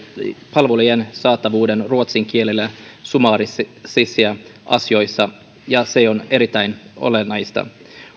palvelujen saatavuuden ruotsin kielellä summaarisissa asioissa ja se on erittäin olennaista